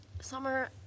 Summer